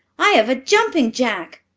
i have a jumping-jack!